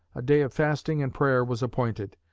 a day of fasting and prayer was appointed.